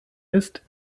ist